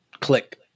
Click